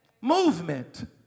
movement